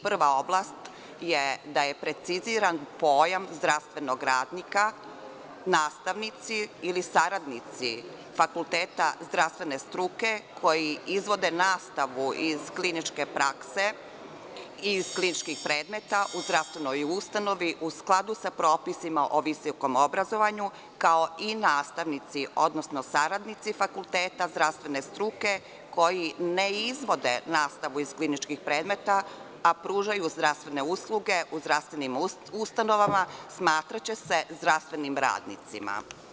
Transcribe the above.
Prva oblast je da je preciziran pojam zdravstvenog radnika, nastavnici ili saradnici fakulteta zdravstvene struke koji izvode nastavu iz kliničke prakse i iz kliničkih predmeta u zdravstvenoj ustanovi, u skladu sa propisima o visokom obrazovanju, kao i nastavnici, odnosno saradnici fakulteta zdravstvene struke koji ne izvode nastavu iz kliničkih predmeta, a pružaju zdravstvene usluge u zdravstvenim ustanovama, smatraće se zdravstvenim radnicima.